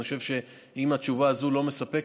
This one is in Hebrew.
אם התשובה הזאת לא מספקת,